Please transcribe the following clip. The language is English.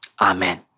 Amen